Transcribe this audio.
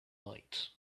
white